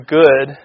good